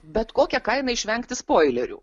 bet kokia kaina išvengti spoilerių